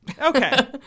Okay